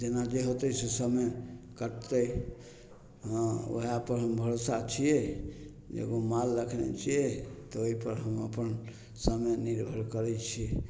जेना जे होतय से समय कटतै हँ वएहपर हम भरोसा छियै एगो माल रखने छियै तऽ ओइपर हम अपन समय निर्भर करय छियै